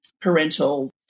parental